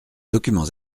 documents